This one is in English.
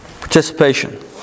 participation